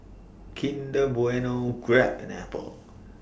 Kinder Bueno Grab and Apple